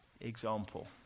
example